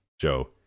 Joe